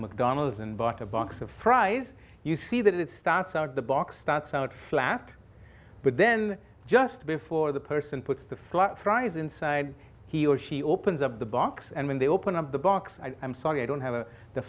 mcdonalds and bought a box of fries you see that it starts out the box starts out flat but then just before the person puts the flap fries inside he or she opens up the box and when they open up the box i'm sorry i don't have a the